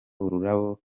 ururabo